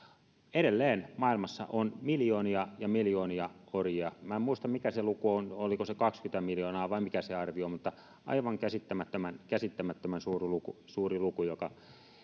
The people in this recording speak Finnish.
edelleen maailmassa on miljoonia ja miljoonia orjia minä en muista mikä se luku on oliko se kaksikymmentä miljoonaa vai mikä se arvio on mutta aivan käsittämättömän käsittämättömän suuri luku suuri luku joka